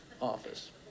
office